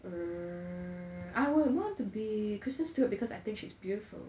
err I will want to be kristen stewart because I think she's beautiful